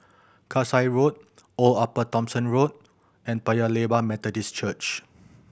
Kasai Road Old Upper Thomson Road and Paya Lebar Methodist Church